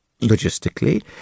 Logistically